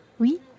Oui